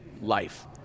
life